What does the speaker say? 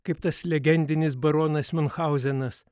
kaip tas legendinis baronas miunchauzenas